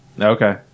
Okay